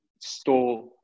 store